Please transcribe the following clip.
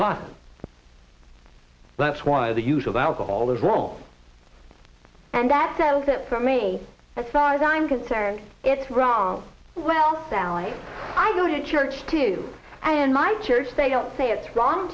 god that's why the use of alcohol is wrong and that so that for me as far as i'm concerned it's wrong well sally i go to church too and my church they don't say it's wrong